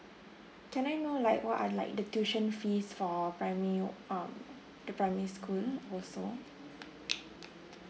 can I know like what are like the tuition fees for primary um the primary school also